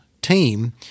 team